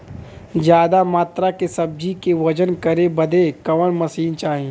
ज्यादा मात्रा के सब्जी के वजन करे बदे कवन मशीन चाही?